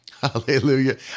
Hallelujah